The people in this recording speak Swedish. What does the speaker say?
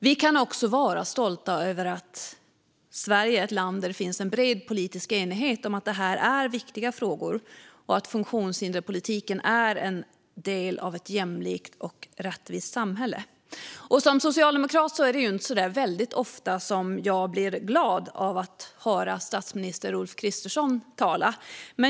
Vi kan vara stolta över att Sverige är ett land där det finns en bred politisk enighet om att dessa frågor är viktiga och att funktionshinderspolitiken är en del av ett jämlikt och rättvist samhälle. Som socialdemokrat är det inte så väldigt ofta som jag blir glad av att höra statsminister Ulf Kristersson tala.